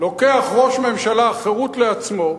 לוקח ראש ממשלה חירות לעצמו,